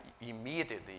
immediately